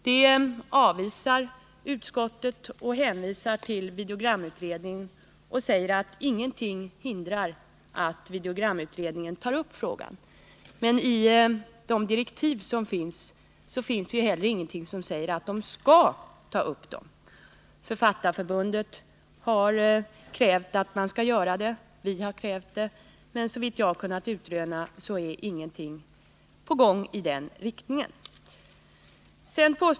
Det avvisar utskottet och hänvisar till videogramutredningen — utskottet säger att ingenting hindrar att videogramutredningen tar upp frågan. Men i direktiven finns ingenting som säger att utredningen skall ta upp denna fråga. Författarförbundet har krävt att man skall göra det, och vi har krävt det, men såvitt jag kunnat utröna är det ingenting på gång i den riktningen.